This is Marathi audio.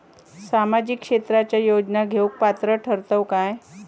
सामाजिक क्षेत्राच्या योजना घेवुक पात्र ठरतव काय?